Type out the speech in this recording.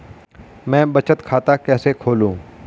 मैं बचत खाता कैसे खोलूं?